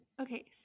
okay